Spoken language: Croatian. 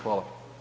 Hvala.